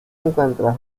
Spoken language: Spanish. encuentra